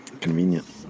Convenient